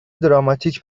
دراماتیک